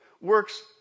Works